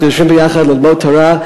אנחנו יושבים ביחד ללמוד תורה.